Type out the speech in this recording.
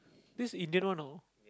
this Indian one know